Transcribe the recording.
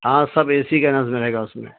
ہاں سب A C کے نس ملے گا اس میں